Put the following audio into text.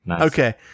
Okay